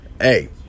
Hey